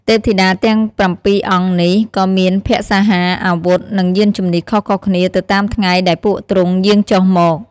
ទេពធីតាទាំង៧អង្គនេះ ក៏មានភក្សាហារ អាវុធ និងយានជំនិះខុសៗគ្នាទៅតាមថ្ងៃដែលពួកទ្រង់យាងចុះមក។